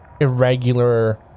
irregular